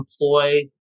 employ